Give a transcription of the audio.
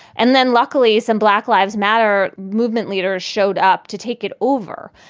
and then luckily, some black lives matter movement leaders showed up to take it over.